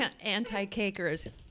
anti-cakers